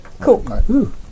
Cool